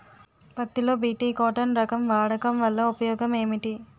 పత్తి లో BT cotton రకం వాడకం వల్ల ఉపయోగం ఏమిటి?